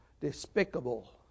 despicable